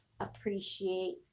appreciate